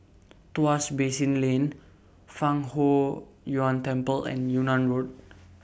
Tuas Basin Lane Fang Huo Yuan Temple and Yunnan Road